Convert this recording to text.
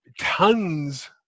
tons